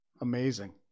Amazing